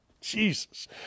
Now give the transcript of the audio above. Jesus